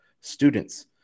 students